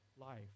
life